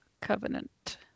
covenant